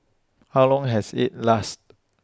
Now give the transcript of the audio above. how long has IT lasted